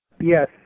Yes